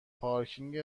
پارکینگ